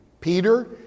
Peter